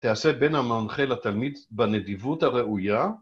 תעשה בין המנחה לתלמיד בנדיבות הראויה